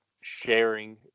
sharing